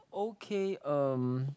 okay um